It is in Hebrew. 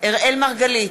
אראל מרגלית,